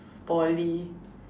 Poly